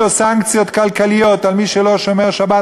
או סנקציות כלכליות על מי שלא שומר שבת,